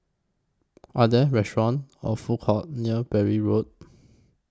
Are There restaurants Or Food Courts near Bury Road